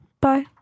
Bye